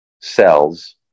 cells